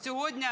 Сьогодні